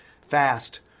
fast